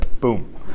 boom